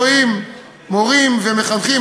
רואים מורים ומחנכים,